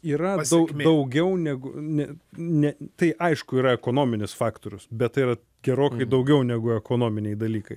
yra daug daugiau negu ne ne tai aišku yra ekonominis faktorius bet tai yra gerokai daugiau negu ekonominiai dalykai